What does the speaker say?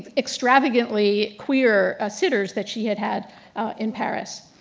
extravagantly queer ah sitters that she had had in paris.